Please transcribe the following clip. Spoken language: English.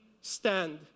stand